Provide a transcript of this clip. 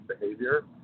behavior